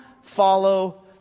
follow